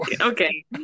okay